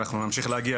אנחנו נמשיך להגיע,